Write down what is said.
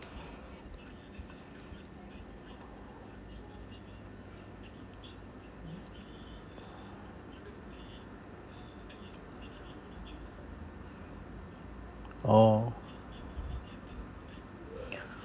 oh